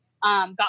Got